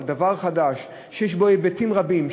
על דבר חדש שיש בו היבטים רבים,